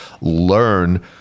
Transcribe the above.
Learn